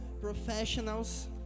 professionals